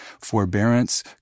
forbearance